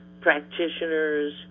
practitioners